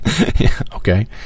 Okay